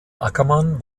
ackermann